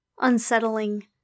unsettling